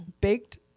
Baked